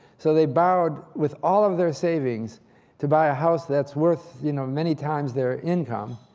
so they borrowed with all of their savings to buy a house that's worth you know many times their income.